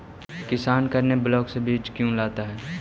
किसान करने ब्लाक से बीज क्यों लाता है?